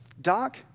Doc